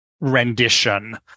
rendition